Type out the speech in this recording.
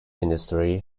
industry